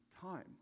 time